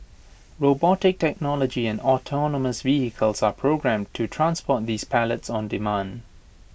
robotic technology and autonomous vehicles are programmed to transport these pallets on demand